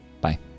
bye